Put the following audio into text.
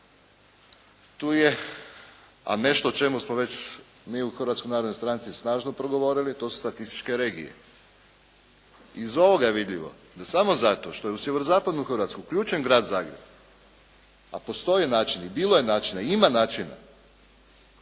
Tu je nešto o čemu smo već mi u Hrvatskoj narodnoj stranci snažno progovorili, to su statističke regije. Iz ovoga je vidljivo da samo zato što je Sjeverozapadnu Hrvatsku uključen grad Zagreb, a postoje načini, bilo je načina, ima načina